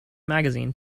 magazine